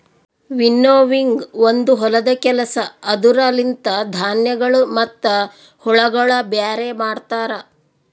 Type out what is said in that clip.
winnowing ಒಂದು ಹೊಲದ ಕೆಲಸ ಅದುರ ಲಿಂತ ಧಾನ್ಯಗಳು ಮತ್ತ ಹುಳಗೊಳ ಬ್ಯಾರೆ ಮಾಡ್ತರ